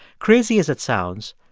crazy as it sounds,